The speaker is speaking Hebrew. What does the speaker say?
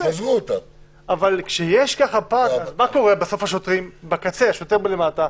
מה קורה בסוף, בקצה, השוטר מלמטה?